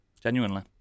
Genuinely